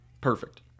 Perfect